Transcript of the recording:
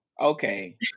Okay